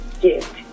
gift